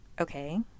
Okay